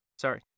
sorry